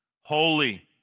holy